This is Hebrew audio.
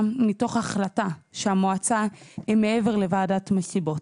מתוך החלטה שהמועצה היא מעבר לוועדת מסיבות.